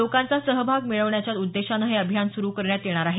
लोकांचा सहभाग मिळण्याच्या उद्देशानं हे अभियान सुरु करण्यात येणार आहे